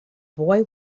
boy